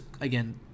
again